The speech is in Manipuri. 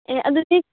ꯑꯦ ꯑꯗꯨꯗꯤ